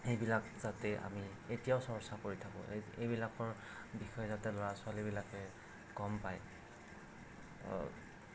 সেইবিলাক যাতে আমি এতিয়াও চৰ্চা কৰি থাকোঁ এই এইবিলাকৰ বিষয়ে যাতে ল'ৰা ছোৱালী বিলাকে গম পায়